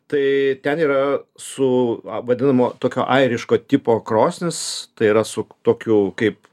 tai ten yra su vadinamo tokio airiško tipo krosnis tai yra su tokiu kaip